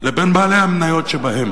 לבין בעלי המניות שבהן,